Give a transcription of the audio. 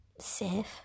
safe